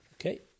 Okay